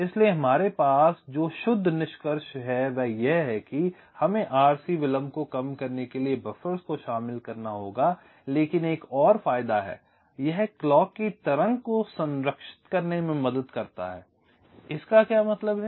इसलिए हमारे पास जो शुद्ध निष्कर्ष है वह यह है कि हमें RC विलंब को कम करने के लिए बफ़र्स को शामिल करना होगा लेकिन एक और फायदा है यह क्लॉक की तरंग को संरक्षित करने में मदद करता है इसका क्या मतलब है